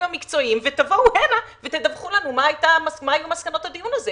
המקצועיים ותבואו הנה ותדווחו לנו מה היו מסקנות הדיון הזה,